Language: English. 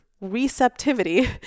Receptivity